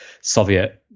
Soviet